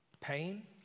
pain